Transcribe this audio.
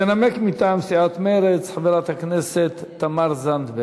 תנמק מטעם סיעת מרצ חברת הכנסת תמר זנדברג,